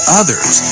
others